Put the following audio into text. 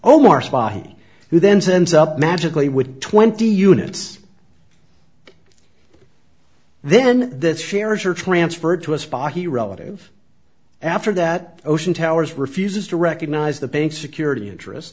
omar spotty who then sends up magically with twenty units then that shares are transferred to a spot he relative after that ocean towers refuses to recognize the bank security interest